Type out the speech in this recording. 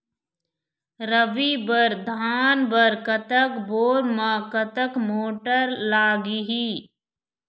रबी बर धान बर कतक बोर म कतक मोटर लागिही?